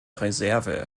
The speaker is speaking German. reserve